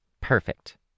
Perfect